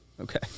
Okay